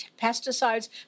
pesticides